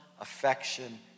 affection